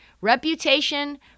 reputation